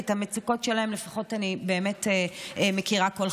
כי את המצוקות שלהם לפחות אני באמת מכירה כל חיי.